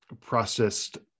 processed